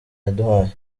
yaduhaye